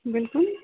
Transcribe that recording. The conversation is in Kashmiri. بلکُل